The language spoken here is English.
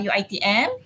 Uitm